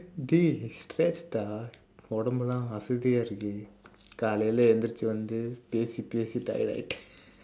dey stress dah உடம்பெல்லாம் அசதியா இருக்குது காலையிலே ஏஞ்திருச்சு வந்து பேசி பேசி:udampellaam asathiyaa irukkuthu kaalaiyilee eenjthiruchsu vandthu peesi peesi tired-aa ஆயிட்டு:aayitdu